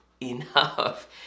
enough